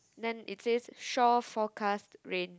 then it says shore forecast rain